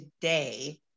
today